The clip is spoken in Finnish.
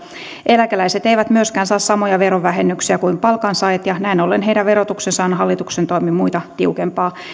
eläkeläiset eivät myöskään saa samoja verovähennyksiä kuin palkansaajat ja näin ollen heidän verotuksensa on hallituksen toimin muita tiukempaa